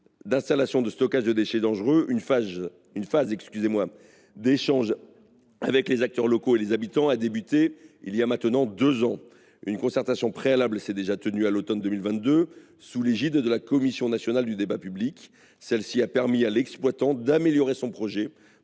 S’agissant de ce projet d’ISDD, une phase d’échanges avec les acteurs locaux et les habitants a débuté il y a plus de deux ans. Une concertation préalable s’est déjà tenue à l’automne 2022, sous l’égide de la Commission nationale du débat public (CNDP). Celle ci a permis à l’exploitant d’améliorer son projet